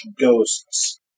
ghosts